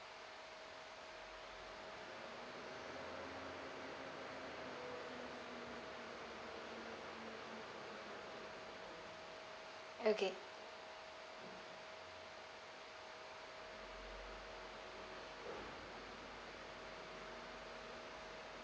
okay